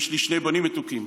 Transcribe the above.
יש לי שני בנים מתוקים.